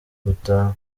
gutaha